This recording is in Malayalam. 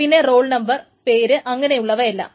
പിന്നെ റോൾ നമ്പർ പേര് അങ്ങനെയുള്ളവ എല്ലാം